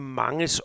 mange